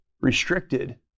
restricted